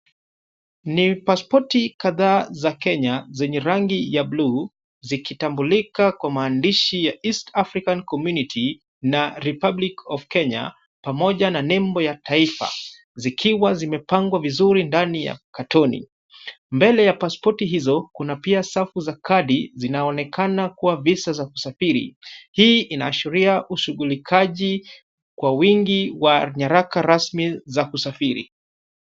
Ni pasipoti kadhaa za Kenya zenye rangi ya bluu, zikitambulika kwa maandishi ya East African Community na Republic of Kenya pamoja na nembo ya taifa zikiwa zimepangwa vizuri ndani ya katoni. Mbele ya pasipoti hizo, kuna pia safu za kadi zinaonekana kuwa visa za kusafiri. Hii inaashiria ushughulikaji kwa wingi wa nyaraka rasmi za kusafiri.